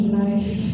life